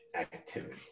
activity